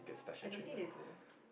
I don't think they do